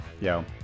Yo